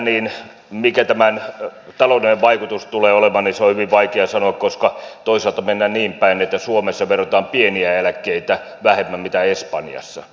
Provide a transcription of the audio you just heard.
sitä mikä tämän taloudellinen vaikutus tulee olemaan on hyvin vaikea sanoa koska toisaalta mennään niin päin että suomessa verotetaan pieniä eläkkeitä vähemmän kuin espanjassa